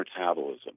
metabolism